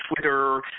Twitter